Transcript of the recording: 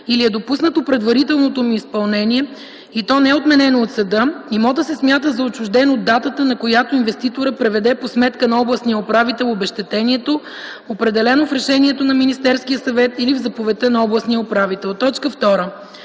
или е допуснато предварителното им изпълнение и то не е отменено от съда, имотът се смята за отчужден от датата, на която инвеститорът преведе по сметка на областния управител обезщетението, определено в решението на Министерския съвет или в заповедта на областния управител.” 2.